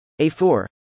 A4